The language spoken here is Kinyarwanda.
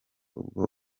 ubwo